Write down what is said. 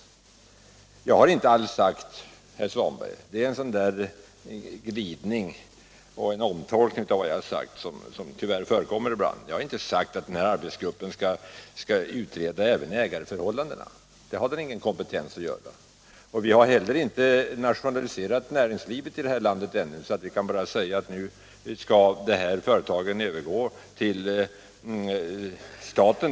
Jag har inte alls, herr Svanberg, sagt att den här arbetsgruppen även skall utreda ägarförhållandena. Det är en Svanbergsk glidning och omtolkning av vad jag har sagt som tyvärr förekommer ibland. Arbetsgruppen har nämligen ingen kompetens för att göra det. Vi har inte heller förberett socialisering av näringslivet i det här landet ännu så att vi kan säga att nu skall det här eller det där företaget övergå till staten.